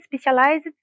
specialized